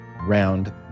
round